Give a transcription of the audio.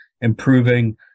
improving